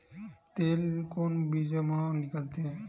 तेल कोन बीज मा निकलथे?